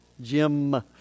Jim